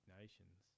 nations